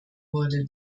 wurde